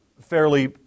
fairly